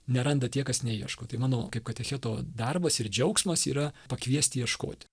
neranda tie kas neieško tai manau kaip katecheto darbas ir džiaugsmas yra pakviesti ieškoti